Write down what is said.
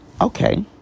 Okay